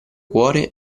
cuore